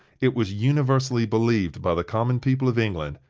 it was universally believed by the common people of england,